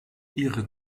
ihre